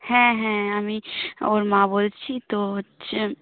হ্যাঁ হ্যাঁ আমি ওর মা বলছি তো হচ্ছে